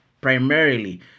primarily